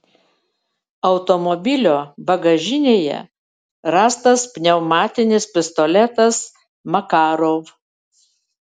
automobilio bagažinėje rastas pneumatinis pistoletas makarov